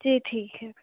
جی ٹھیک ہے